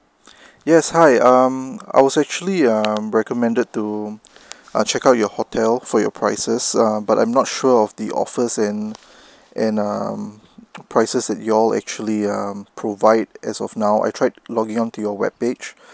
yes hi um I was actually um recommended to uh check out your hotel for your prices um but I'm not sure of the offers and and um the prices that y'all actually um provide as of now I tried logging onto your web page